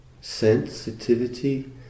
sensitivity